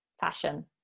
fashion